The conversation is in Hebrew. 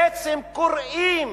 בעצם קוראים